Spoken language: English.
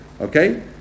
okay